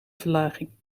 verlaging